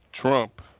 Trump